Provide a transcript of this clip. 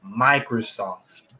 Microsoft